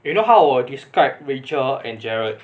you know how I would describe rachel and gerald